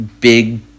big